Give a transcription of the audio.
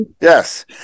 yes